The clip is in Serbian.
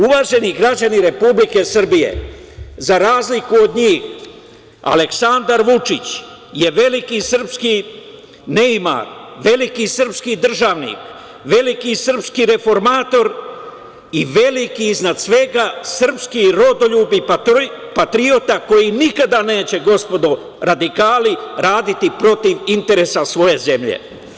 Uvaženi građani Republike Srbije, za razliku od njih, Aleksandar Vučić je veliki srpski neimar, veliki srpski državnik, veliki srpski reformator i veliki, iznad svega, srpski rodoljub i patriota koji nikada neće, gospodo radikali, raditi protiv interesa svoje zemlje.